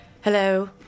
Hello